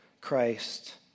Christ